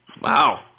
Wow